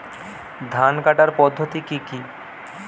ধান কাটার পদ্ধতি কি কি?